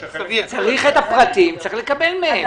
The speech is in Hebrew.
צריך לקבל מהם את הפרטים.